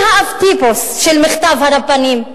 מי האב-טיפוס של מכתב הרבנים?